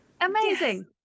amazing